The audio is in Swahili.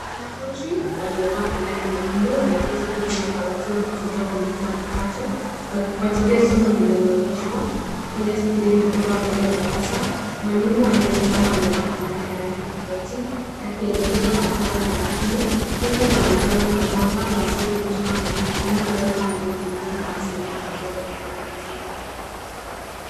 Wanafunzi waiovaa fulana nyekundu wameketi kwenye madawati wakitumia komputa mpakato, wakifuatilia somo linaloonyeshwa kwenye skrini kubwa mbele ya darasa. Mwalimu aliyesimama amevaa fulana ya rangi tofauti akielekeza mafunzo kwa umakini. Kuta za manjano na mwanga wa asili kutoka madirishani huleta hali ya utulivu na mazingira mazuri ya kujifunzia.